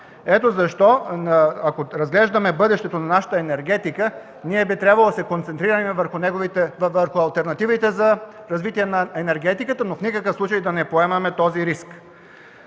Ето защо, ако разглеждаме бъдещето на нашата енергетика, би трябвало да се концентрираме върху алтернативите за развитие на енергетиката, но в никакъв случай да не поемаме този риск.